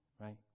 Right